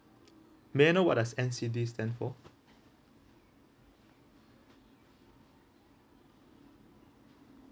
may I know what does N_C_D stand for